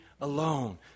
alone